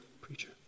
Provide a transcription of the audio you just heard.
Preacher